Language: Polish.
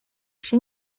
się